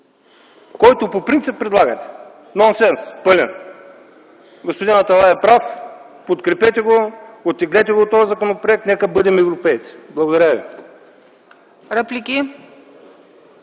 който по принцип предлагате. Пълен нон сенс! Господин Аталай е прав – подкрепете го, оттеглете го този законопроект. Нека бъдем европейци. Благодаря ви.